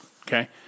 okay